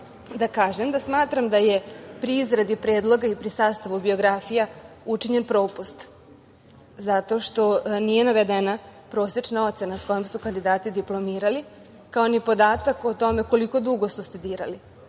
da kažem da smatram da je pri izradi predloga i pri sastavu biografija učinjen propust zato što nije navedena prosečna ocena sa kojom su kandidati diplomirali, kao ni podatak o tome koliko dugo su studirali.